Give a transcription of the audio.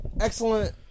excellent